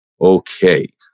okay